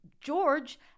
George